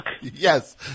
Yes